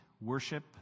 worship